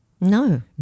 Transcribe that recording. no